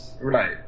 Right